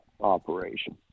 operation